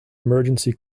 emergency